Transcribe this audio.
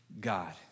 God